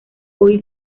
hoy